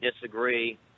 disagree